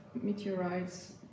meteorites